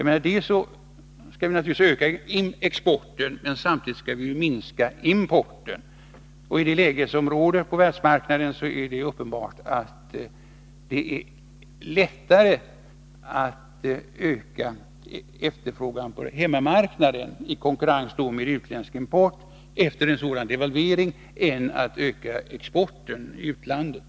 Vi skall naturligtvis öka exporten, men samtidigt skall vi minska importen. I det läge som råder på världsmarknaden är det uppenbart att det är lättare att öka efterfrågan på hemmamarknaden i konkurrens med utländsk import efter en sådan devalvering än att öka exporten till utlandet.